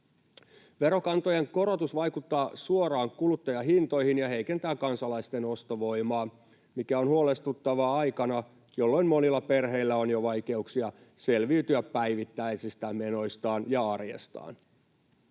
Verokantojen korotus vaikuttaa suoraan kuluttajahintoihin ja heikentää kansalaisten ostovoimaa, mikä on huolestuttavaa aikana, jolloin monilla perheillä on jo vaikeuksia selviytyä päivittäisistä menoistaan ja arjestaan.